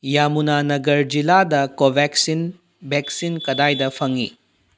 ꯌꯥꯃꯨꯅꯥ ꯅꯒꯔ ꯖꯤꯜꯂꯥꯗ Covaxin vaccine ꯀꯗꯥꯏꯗ ꯐꯪꯉꯤ